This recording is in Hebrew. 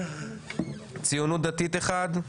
הציונות הדתית אחד,